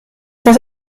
das